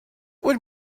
would